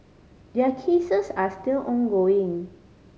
their cases are still ongoing